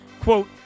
Quote